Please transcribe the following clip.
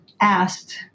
asked